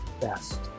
best